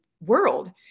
world